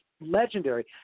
legendary